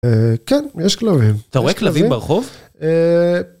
אה כן, יש כלבים. אתה רואה כלבים ברחוב? אה...